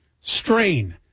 strain